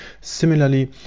similarly